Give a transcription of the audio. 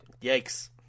Yikes